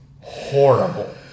horrible